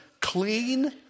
clean